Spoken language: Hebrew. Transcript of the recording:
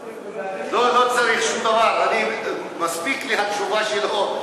לא, לא צריך שום דבר, מספיק לי התשובה שלו.